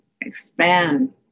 expand